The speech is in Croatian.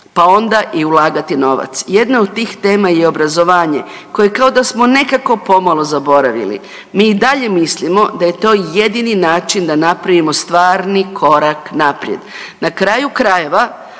pa onda i ulagati novac. Jedna od tih tema je obrazovanje koje kao da smo nekako pomalo zaboravili, mi i dalje mislimo da je to jedini način da napravimo stvarni korak naprijed. Na kraju krajeva